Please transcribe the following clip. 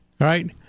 right